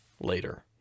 Later